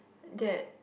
that